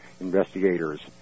investigators